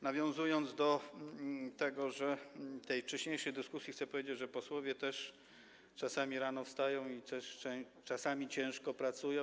Nawiązując do tej wcześniejszej dyskusji, chcę powiedzieć, że posłowie też czasami rano wstają i też czasami ciężko pracują.